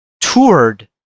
toured